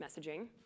messaging